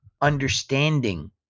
understanding